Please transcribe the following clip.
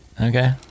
Okay